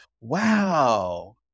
Wow